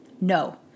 no